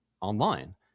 online